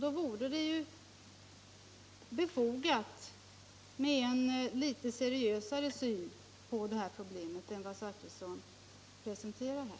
Då vore det befogat med en litet seriösare syn på det här problemet än vad herr Zachrisson presenterar här.